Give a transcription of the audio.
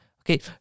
Okay